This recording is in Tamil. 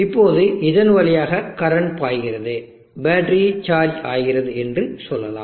இப்போது இதன் வழியாக கரண்ட் பாய்கிறது பேட்டரி சார்ஜ் ஆகிறது என்று சொல்லலாம்